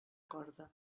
corda